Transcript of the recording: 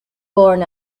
born